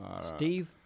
Steve